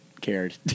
cared